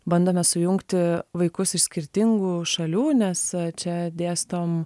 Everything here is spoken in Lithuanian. bandome sujungti vaikus iš skirtingų šalių nes čia dėstom